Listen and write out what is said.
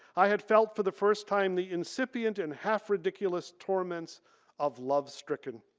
i had felt for the first time the insipient and half ridiculous torments of love stricken.